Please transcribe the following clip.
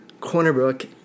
Cornerbrook